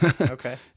Okay